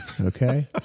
Okay